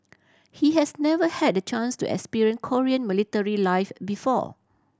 he has never had the chance to experience Korean military life before